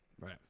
Right